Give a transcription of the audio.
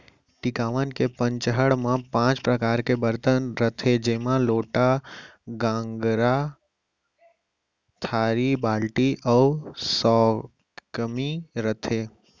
टिकावन के पंचहड़ म पॉंच परकार के बरतन रथे जेमा लोटा, गंगार, थारी, बाल्टी अउ सैकमी रथे